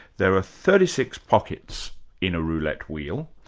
there are thirty six pockets in a roulette wheel,